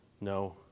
No